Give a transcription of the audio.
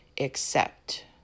accept